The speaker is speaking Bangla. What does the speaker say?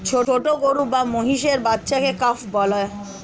ছোট গরু বা মহিষের বাচ্চাকে কাফ বলে